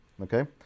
okay